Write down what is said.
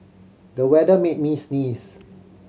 the weather made me sneeze